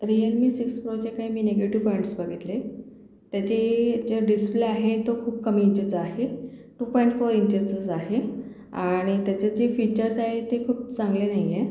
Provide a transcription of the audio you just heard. real मी six प्रोचे काही मी निगेटिव पार्ट्स बघितले त्याचे ज्या डिस्प्ले आहे तो खूप कमी इंचीचा आहे टू पॉईंट फोर इंचेसच आहे आणि त्याचे जे फीचर्स आहे ते खूप चांगले नाही आहे